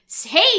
hey